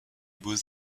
beaux